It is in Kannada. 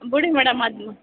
ಬಿಡಿ ಮೇಡಮ್ ಅದ್ನ